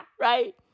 Right